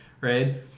right